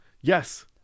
Yes